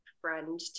friend